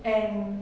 and